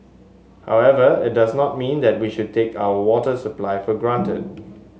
however it does not mean that we should take our water supply for granted